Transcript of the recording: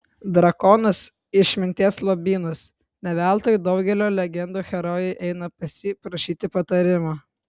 drakonas išminties lobynas ne veltui daugelio legendų herojai eina pas jį prašyti patarimo